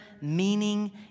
meaning